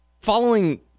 Following